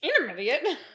Intermediate